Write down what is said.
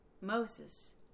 Moses